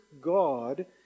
God